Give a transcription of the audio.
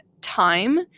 time